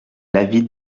l’avis